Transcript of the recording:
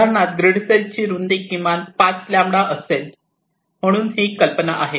या उदाहरणात ग्रीड सेलची रूंदी किमान 5 लॅमडा Lambda λ असेल म्हणून ही कल्पना आहे